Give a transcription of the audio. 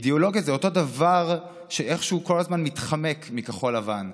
אידיאולוגיה זה אותו דבר שאיכשהו כל הזמן מתחמק מכחול לבן.